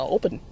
open